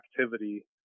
activity